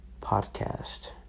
podcast